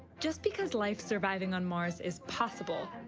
just because life surviving on mars is possible,